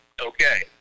okay